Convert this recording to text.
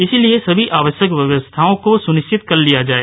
इसलिए सभी आवश्यक व्यवस्थाओं को सुनिश्चित कर लिया जाए